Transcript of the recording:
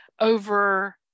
over